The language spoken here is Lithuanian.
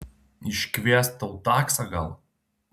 iškviest tau taksą gal